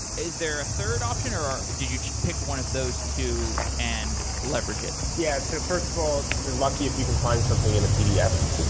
is there a third option or or did you pick one of those two and leveraged it? yes. so first of all, you're lucky if you can find something in a pdf.